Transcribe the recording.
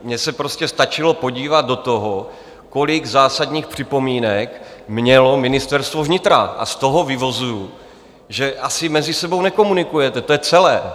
Mně prostě stačilo podívat se do toho, kolik zásadních připomínek mělo Ministerstvo vnitra, a z toho vyvozuji, že asi mezi sebou nekomunikujete, to je celé.